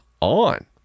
on